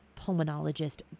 pulmonologist